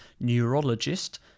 neurologist